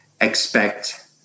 expect